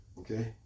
Okay